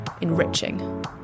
enriching